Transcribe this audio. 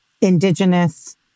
Indigenous